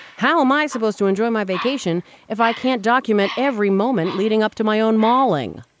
how am i supposed to enjoy my vacation if i can't document every moment leading up to my own mauling?